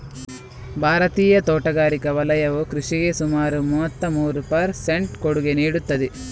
ಭಾರತೀಯ ತೋಟಗಾರಿಕಾ ವಲಯವು ಕೃಷಿಗೆ ಸುಮಾರು ಮೂವತ್ತಮೂರು ಪರ್ ಸೆಂಟ್ ಕೊಡುಗೆ ನೀಡುತ್ತದೆ